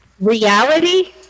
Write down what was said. reality